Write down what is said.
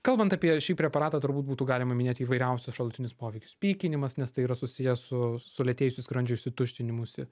kalbant apie šį preparatą turbūt būtų galima minėti įvairiausius šalutinius poveikius pykinimas nes tai yra susiję su sulėtėjusiu skrandžio išsituštinimusi